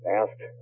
asked